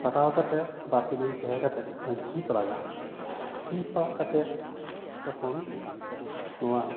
ᱯᱟᱴᱟᱣ ᱠᱟᱛᱮᱫ ᱵᱟᱨᱼᱯᱮ ᱫᱤᱱ ᱛᱟᱦᱮᱸ ᱠᱟᱛᱮᱫ ᱥᱤ ᱯᱟᱲᱟᱜᱼᱟ ᱥᱤ ᱯᱟᱲᱟᱜ ᱠᱟᱛᱮᱫ ᱛᱚᱠᱷᱚᱱ ᱱᱚᱣᱟ